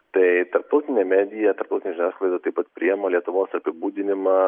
tai tarptautinė medija tarptautinė žiniasklaida taip pat priima lietuvos apibūdinimą